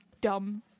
dumb